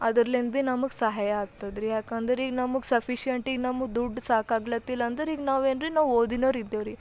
ಅದ್ರಲಿಂದ ಬಿ ನಮಗೆ ಸಹಾಯ ಆಗ್ತದ್ರೀ ಯಾಕಂದ್ರ ಈಗ ನಮಗೆ ಸಫಿಶಿಯನ್ಟ್ ಈಗ ನಮಗೆ ದುಡ್ಡು ಸಾಕಾಗ್ಲತಿಲ್ಲಂದರ ಈಗ ನಾವು ಏನ್ರಿ ಓದಿನವರಿದ್ದೇವ್ರೀ